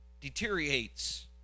deteriorates